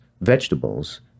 vegetables